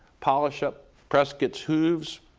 polish up prescott's hooves,